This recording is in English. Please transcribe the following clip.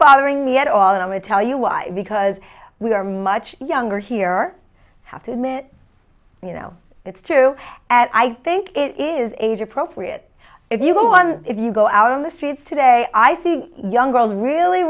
bothering me at all and i'm going to tell you why because we are much younger here have to admit you know it's true and i think it is age appropriate if you will one if you go out on the streets today i think young girls really